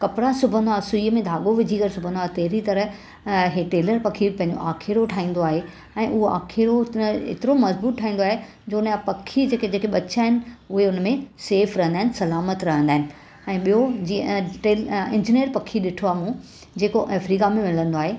कपिड़ा सुबंदो आहे सूईअ में धाॻो विझी करे सुबंदो आहे तहिड़ी तरह हीउ ट्रेलर पखी पंहिंजो आखीड़ो ठाहींदो आहे ऐं उहो आखीड़ो त एतिरो मज़बूत ठाहींदो आहे जो उनजा पखी जेके जेके ॿचा आहिनि उहे हुनमें सेफ रहंदा आहिनि सलामत रहंदा आहिनि ऐं ॿियो जीअं ट्रे इंजनेर पखी ॾिठो आहे मूं जेको आफ्रिका में मिलंदो आहे